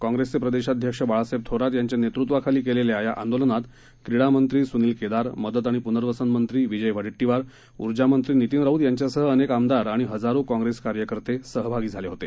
काँग्रेसचेप्रदेशाध्यक्षबाळासाहेबथोरातयांच्यानेतृत्वाखालीकेलेल्यायाआंदोलनातक्रीडामंत्रीसुनीलकेदार मदतआणिप्नर्वसनमंत्रीविजयवडेट्टीवार ऊर्जामंत्रीनितीनराऊतयांच्यासहअनेकआमदारआणिहजारोकाँप्रेसकार्यकर्तेसहभागीझालेहोते